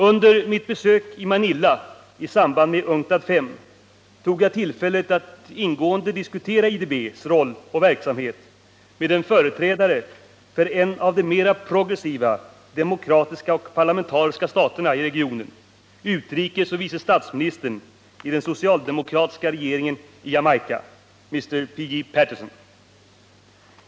Under mitt besök i Manila i samband med UNCTAD V tog jag tillfället i akt att ingående diskutera IDB:s roll och verksamhet med en företrädare för en av de mera progressiva, demokratiska och parlamentariska staterna i regionen, utrikesoch vice statsministern i den socialdemokratiska regeringen i Jamaica Mr. P. J. Patterson.